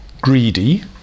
greedy